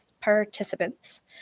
participants